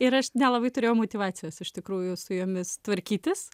ir aš nelabai turėjau motyvacijos iš tikrųjų su jomis tvarkytis